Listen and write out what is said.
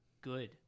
good